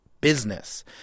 business